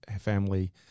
family